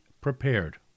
prepared